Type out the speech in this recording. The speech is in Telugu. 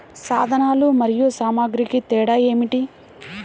సాధనాలు మరియు సామాగ్రికి తేడా ఏమిటి?